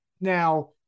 now